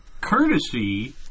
Courtesy